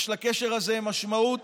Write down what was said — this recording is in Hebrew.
יש לקשר הזה משמעות